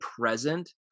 present